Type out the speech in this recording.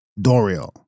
Doriel